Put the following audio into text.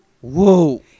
whoa